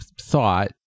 thought